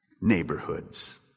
neighborhoods